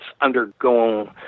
undergoing